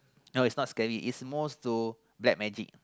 no it's not scary it's most to black magic